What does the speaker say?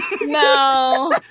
No